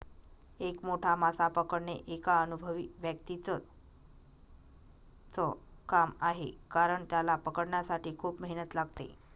एक मोठा मासा पकडणे एका अनुभवी व्यक्तीच च काम आहे कारण, त्याला पकडण्यासाठी खूप मेहनत लागते